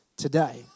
today